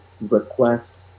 request